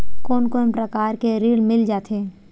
कोन कोन प्रकार के ऋण मिल जाथे?